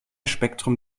spektrum